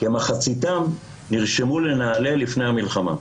כמחציתם נרשמו לנעל"ה לפני המלחמה.